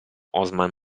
osman